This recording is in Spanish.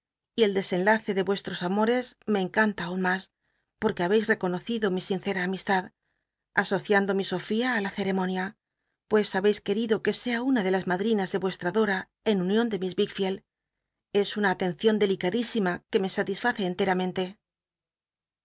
y el desenlace de nle tros amores me encanta aun mas porque babeis reconocido mi sincera amistad asociando mi sofía la ceremonia pues babeis querido que sea una de las madtinas de y dora en uo ion de miss wickoeld es una atencion delicadísima que me satisface